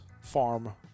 Farm